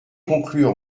conclure